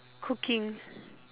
cooking